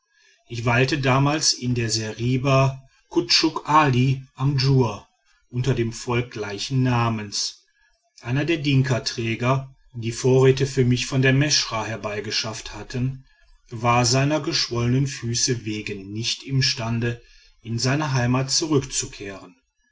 ich weilte damals in der seriba kutschuk ali am djur unter dem volke gleichen namens einer der dinkaträger die vorräte für mich von der meschra herbeigeschafft hatten war seiner geschwollenen füße wegen nicht imstande in seine heimat zurückzukehren